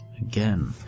Again